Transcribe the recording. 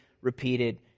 repeated